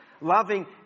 loving